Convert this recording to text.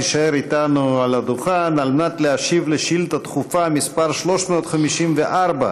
תישאר אתנו על הדוכן על מנת להשיב על שאילתה דחופה מס' 354,